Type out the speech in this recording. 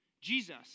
Jesus